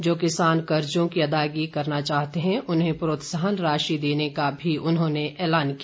जो किसान कर्जों की अदायगी करना चाहते हैं उन्हें प्रोत्साहन राशि देने का भी उन्होंने एलान किया